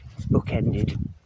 bookended